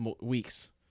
weeks